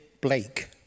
Blake